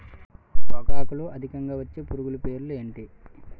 పొగాకులో అధికంగా వచ్చే పురుగుల పేర్లు ఏంటి